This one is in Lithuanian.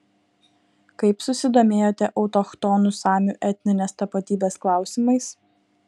kaip susidomėjote autochtonų samių etninės tapatybės klausimais